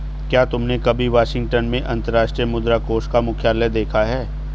क्या तुमने कभी वाशिंगटन में अंतर्राष्ट्रीय मुद्रा कोष का मुख्यालय देखा है?